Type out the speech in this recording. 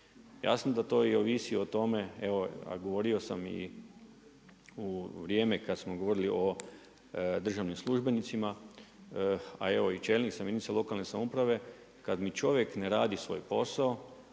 jasno da to i ovisi o tome, evo, a govorio sam i u vrijeme kad smo govorili o državnim službenicima, a evo čelnika jedinica lokalne samouprave, kad mi čovjek ne radi svoj posao,